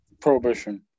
Prohibition